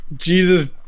Jesus